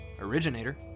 originator